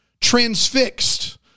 transfixed